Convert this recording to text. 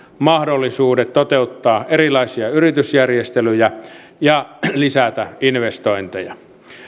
mahdollisuudet toteuttaa erilaisia yritysjärjestelyjä ja lisätä investointeja